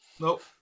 Nope